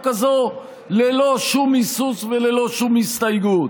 הזאת ללא שום היסוס וללא שום הסתייגות.